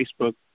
Facebook